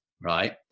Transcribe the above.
right